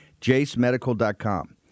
JACEMedical.com